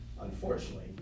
unfortunately